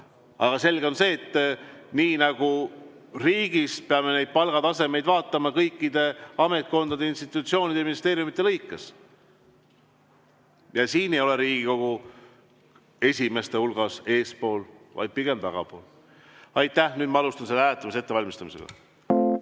ole. Selge on see, et nii nagu riigis ikka, peame palgatasemeid vaatama kõikide ametkondade, institutsioonide ja ministeeriumide lõikes. Ja siin ei ole Riigikogu esimeste hulgas, eespool, vaid on pigem tagapool. Nüüd ma alustan hääletamise ettevalmistamist.